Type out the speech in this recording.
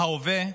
ההווה,